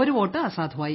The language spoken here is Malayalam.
ഒരു വോട്ട് അസാധുവായി